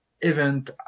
event